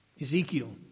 Ezekiel